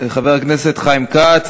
חיים כץ.